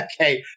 okay